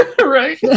right